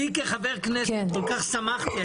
אני כחבר כנסת כל כך שמחתי,